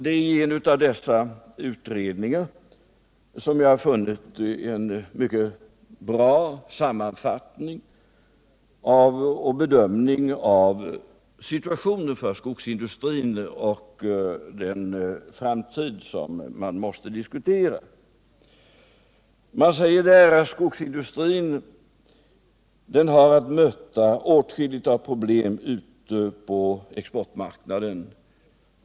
Det är i en av dessa utredningar som jag har funnit en mycket bra sammanfattning och bedömning av situationen för skogsindustrin och den framtid som man måste diskutera. Utredningen säger att skogsindustrin har att möta åtskilligt av problem ute på världsmarknaden.